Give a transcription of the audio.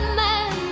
man